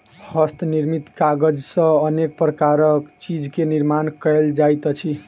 हस्त निर्मित कागज सॅ अनेक प्रकारक चीज के निर्माण कयल जाइत अछि